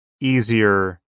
easier